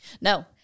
No